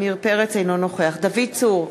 אינו נוכח דוד צור,